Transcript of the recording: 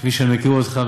כפי שאני מכיר אותך,